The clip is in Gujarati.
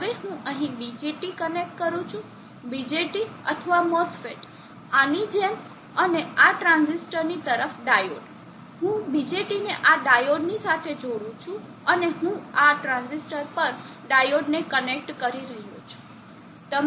હવે હું અહીં BJT કનેક્ટ કરું છું BJT અથવા MOSFET આની જેમ અને આ ટ્રાંઝિસ્ટર ની તરફ ડાયોડ હું BJTને આ ડાયોડ ની સાથે જોડું છું અને હું આ ટ્રાંઝિસ્ટર પર ડાયોડ ને કનેક્ટ કરી રહ્યો છું